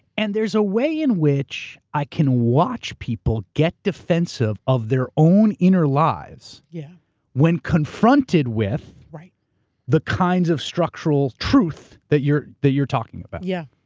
and there's a way in which, i can watch people get defensive of their own inner lives, yeah when confronted with the kinds of structural truth that you're that you're talking about. yeah.